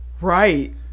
Right